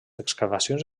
excavacions